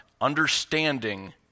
Understanding